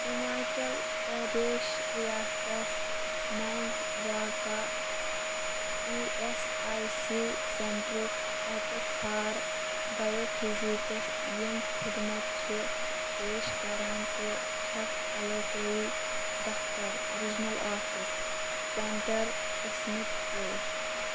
ہِماچَل پرٛدیش رِیاستَس منٛز واقعہ ای اٮ۪س آی سی سٮ۪نٛٹُرٛک پَتہٕ ژھار بَیو فِزیٖکٕس یِم خدمَت چھِ پیش کَران تہٕ چھَکھ علاقٲیی دَفتَر رِجنَل آفِس سٮ۪نٛٹَر قٕسمٕکۍ پٲٹھۍ